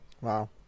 Wow